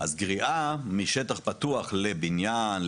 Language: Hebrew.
אז גריעה משטח פתוח לבניין,